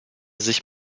sich